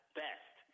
best